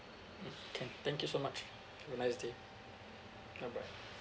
mm can thank you so much have a nice day bye bye